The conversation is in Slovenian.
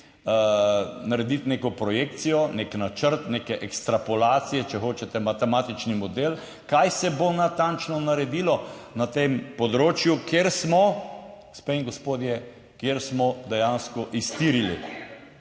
narediti neko projekcijo, nek načrt, neke ekstrapolacije, če hočete, matematični model: kaj se bo natančno naredilo na tem področju, kjer smo, gospe in gospodje, kjer smo dejansko iztirili?